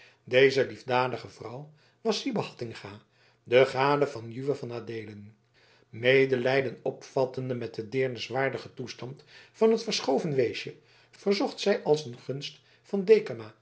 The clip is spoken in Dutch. deze liefdadige vrouw was sybe hattinga de gade van juwe van adeelen medelijden opvattende met den deerniswaardigen toestand van het verschoven weesje verzocht zij als een gunst van dekama